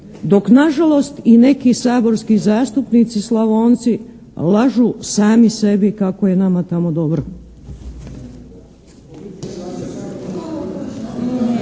dok nažalost i neki saborski zastupnici Slavonci lažu sami sebi kako je nama tamo dobro.